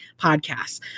podcasts